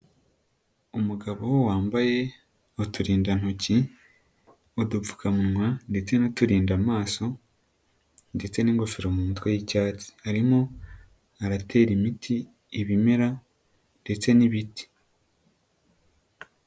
Umugabo wambaye uturindantoki, udupfukamunwa ndetse n'uturinda amaso ndetse n'ingofero mu mutwe y'icyatsi, arimo aratera imiti ibimera ndetse n'ibiti.